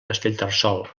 castellterçol